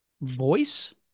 voice